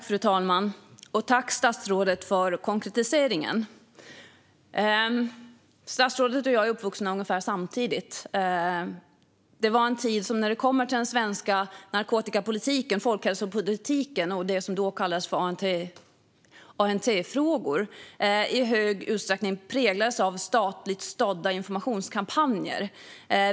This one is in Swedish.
Fru talman! Tack för konkretiseringen, statsrådet! Statsrådet och jag är uppvuxna ungefär samtidigt. Det var en tid då den svenska narkotikapolitiken, folkhälsopolitiken och det som då kallades ANT-frågor i stor utsträckning präglades av statligt stödda informationskampanjer.